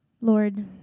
Lord